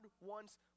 wants